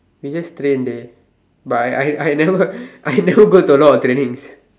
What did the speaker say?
we just train dey but I I I never I never go to a lot of training